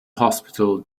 hospital